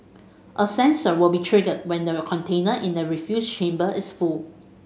a sensor will be triggered when the container in the refuse chamber is full